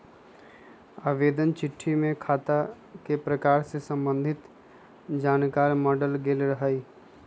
आवेदन चिट्ठी में खता के प्रकार से संबंधित जानकार माङल गेल रहइ